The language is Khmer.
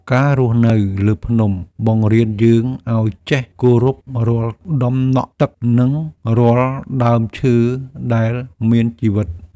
ការរស់នៅលើភ្នំ បង្រៀនយើងឲ្យចេះគោរពរាល់ដំណក់ទឹក និងរាល់ដើមឈើដែលមានជីវិត។